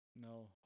no